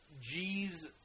G's